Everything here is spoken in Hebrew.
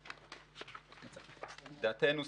לדעתנו,